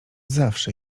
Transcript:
zawsze